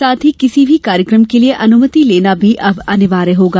साथ ही किसी भी कार्यक्रम के लिये अनुमति लेना भी अब अनिवार्य होगा